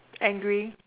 angry